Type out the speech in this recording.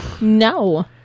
No